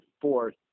fourth